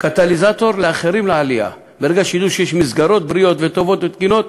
קטליזטור לאחרים לעלייה: ברגע שידעו שיש מסגרות חינוך טובות ותקינות,